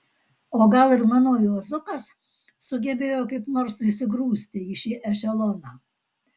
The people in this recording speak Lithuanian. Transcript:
o gal ir mano juozukas sugebėjo kaip nors įsigrūsti į šį ešeloną